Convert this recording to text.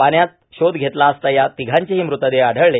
पाण्यात शोध घेतला असता या तिघांचेही मृतदेह आढळले